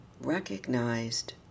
recognized